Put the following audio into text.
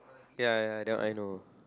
ya ya the I know